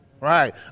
Right